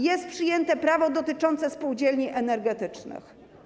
Jest przyjęte prawo dotyczące spółdzielni energetycznych.